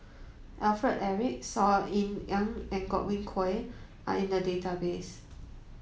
Alfred Eric Saw Ean Ang and Godwin Koay are in the database